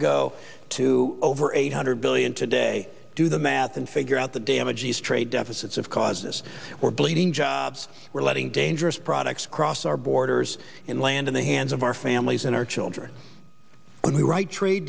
ago to over eight hundred billion today do the math and figure out the damage these trade deficits of causes or bleeding jobs we're letting dangerous products cross our borders in land in the hands of our families and our children when we write trade